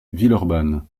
villeurbanne